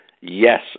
yes